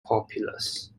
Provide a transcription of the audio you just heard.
populous